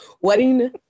wedding